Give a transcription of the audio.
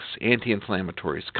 anti-inflammatories